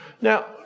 Now